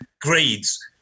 grades